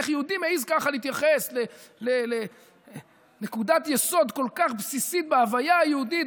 איך יהודי מעז ככה להתייחס לנקודת יסוד כל כך בסיסית בהוויה היהודית,